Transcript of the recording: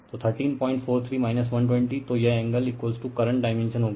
तो 1343 120 तो यह एंगल करंट डायमेंशन होगा